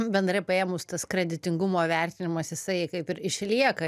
bendrai paėmus tas kreditingumo vertinimas jisai kaip ir išlieka